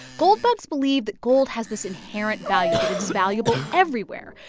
gold bugs believe that gold has this inherent value, that it is valuable everywhere.